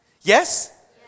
Yes